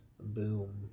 Boom